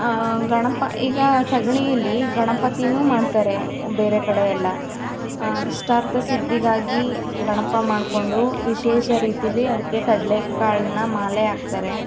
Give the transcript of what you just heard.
ಗಣಪ ಈಗ ಸಗ್ಣೀಲೀ ಗಣಪತಿಯೂ ಮಾಡ್ತಾರೆ ಬೇರೆ ಕಡೆ ಎಲ್ಲ ಇಷ್ಟಾರ್ಥ ಸಿದ್ಧಿಗಾಗಿ ಗಣಪ ಮಾಡಿಕೊಂಡು ವಿಶೇಷ ರೀತಿಲಿ ಅದಕ್ಕೆ ಕಡಲೆ ಕಾಳನ್ನ ಮಾಲೆ ಹಾಕ್ತಾರೆ